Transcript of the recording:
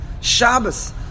Shabbos